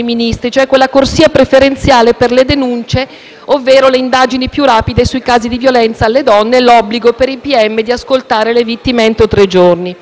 denunce, indagini più rapide sui casi di violenza alle donne e l'obbligo per i pm di ascoltare le vittime entro tre giorni e corsi di formazione per le forze di polizia.